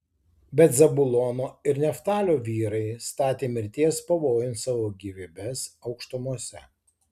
bet zabulono ir neftalio vyrai statė mirties pavojun savo gyvybes aukštumose